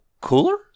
cooler